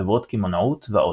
חברות קמעונאות ועוד.